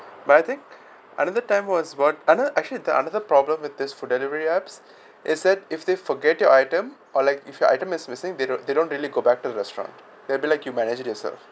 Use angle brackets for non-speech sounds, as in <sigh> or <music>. but I think another time was about another actually the another problem with this food delivery apps <breath> it said if they forget your item or like if your item is missing they don't they don't really go back to the restaurant they'll be like you manage it yourself